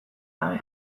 gabe